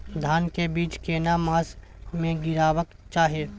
धान के बीज केना मास में गीरावक चाही?